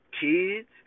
kids